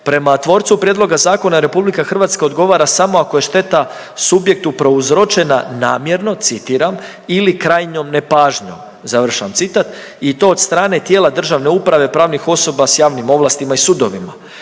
prema tvorcu prijedloga zakona RH odgovara samo ako je šteta subjektu prouzročena namjerno, citiram, ili krajnjom nepažnjom, završen citat i to od strane tijela državne uprave i pravnih osoba s javnim ovlastima i sudovima.